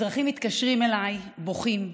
אזרחים מתקשרים אלי בוכים,